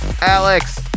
Alex